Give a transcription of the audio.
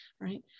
right